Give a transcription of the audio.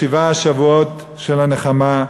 לשבעה שבועות של הנחמה,